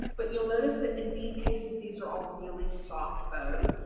but you'll notice that in these cases these are all really soft bows,